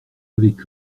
avec